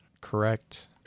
correct